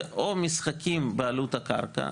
זה או משחקים בעלות הקרקע,